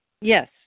Yes